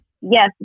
Yes